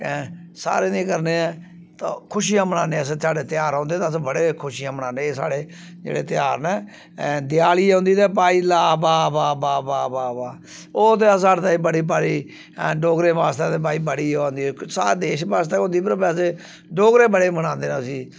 सारें दी करने ते खुशियां मनान्ने अस साढ़े त्यहार औंदे ते अस बड़े खुशियां मनान्ने एह् साढ़े जेह्ड़े त्यहार न देआली औंदी ते भई ला वाह् वाह् वाह् ओह् ते साढ़े लेई बड़ी भारी डोगरें बास्तै ते भाई बड़ी ओह् होंदी सारे देश बास्तै गै होंदी पर वैसै डोगरे बड़े मनांदे न उसी